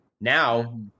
now